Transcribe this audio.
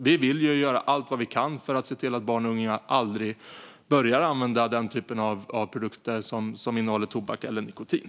Vi vill göra allt vi kan för att se till att barn och unga aldrig börjar att använda den typ av produkter som innehåller tobak eller nikotin.